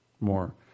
More